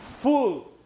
full